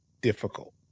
difficult